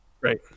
Right